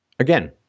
Again